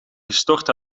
gestort